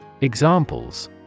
Examples